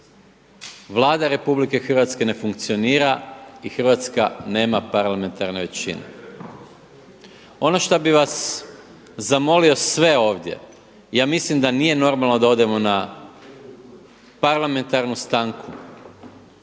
Vlada RH ne funkcionira i Hrvatska nema parlamentarnu većinu. Ono što bih vas zamolio sve ovdje i ja mislim da nije normalno da odemo na parlamentarnu stanku,